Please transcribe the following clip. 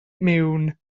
mewn